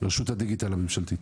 מרשות הדיגיטל הממשלתית,